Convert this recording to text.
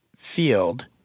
field